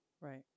Right